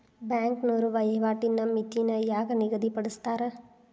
ಬ್ಯಾಂಕ್ನೋರ ವಹಿವಾಟಿನ್ ಮಿತಿನ ಯಾಕ್ ನಿಗದಿಪಡಿಸ್ತಾರ